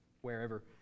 wherever